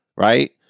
right